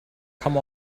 come